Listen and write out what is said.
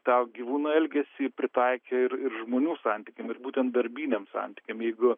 tą gyvūno elgesį pritaikė ir ir žmonių santykiam ir būtent darbiniam santykima jeigu